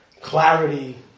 clarity